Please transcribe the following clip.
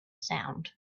sound